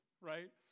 right